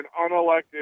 unelected